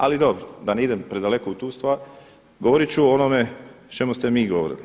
Ali dobro, da ne idem predaleko u tu stvar govorit ću o onome o čemu ste vi govorili.